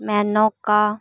ᱢᱮᱱᱚᱠᱟ